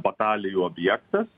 batalijų objektas